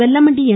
Vellamandi என்